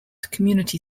community